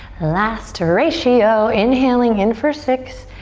last ratio. inhaling in for six,